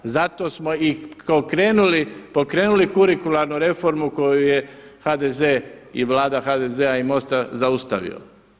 Zato smo kao krenuli, pokrenuli kurikularnu reformu koju je HDZ i Vlada HDZ-a i MOST-a zaustavio.